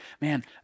man